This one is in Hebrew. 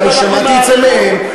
ושמעתי את זה מהם,